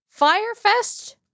Firefest